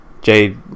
Jade